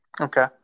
Okay